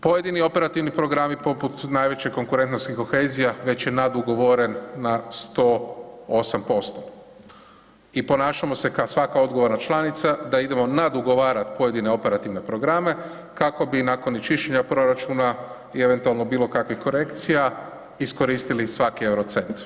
Pojedini operativni programi poput najveće konkurentnost i kohezija već je nadugovoren na 108% i ponašamo se kao svaka odgovorna članica da idemo nadugovarat pojedine operativne programe kako bi nakon čišćenja proračuna i eventualno bilo kakvih korekcija iskoristili svaki EUR-o cent.